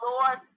Lord